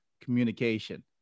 communication